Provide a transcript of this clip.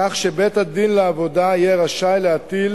כך שבית-הדין לעבודה יהיה רשאי להטיל